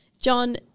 John